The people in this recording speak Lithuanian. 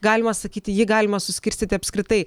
galima sakyti jį galima suskirstyti apskritai